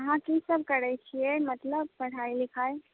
अहाँ कीसभ करैत छियै मतलब पढ़ाइ लिखाइ